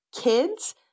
kids